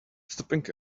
stopping